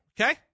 Okay